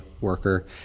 worker